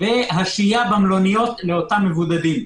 והשהייה במלוניות לאותם מבודדים.